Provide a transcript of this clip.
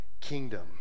kingdom